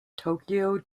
tokyo